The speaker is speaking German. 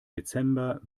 dezember